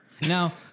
Now